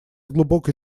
глубокой